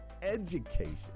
education